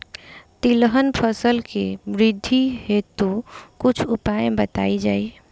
तिलहन फसल के वृद्धी हेतु कुछ उपाय बताई जाई?